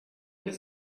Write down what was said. does